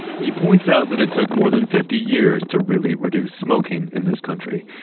he points out that it took more than fifty years to really reduce smoking in this country.